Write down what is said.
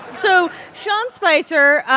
so sean spicer